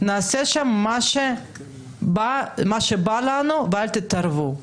נעשה שם מה שבא לנו ואל תתערבו.